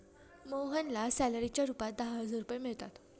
मोहनला सॅलरीच्या रूपात दहा हजार रुपये मिळतात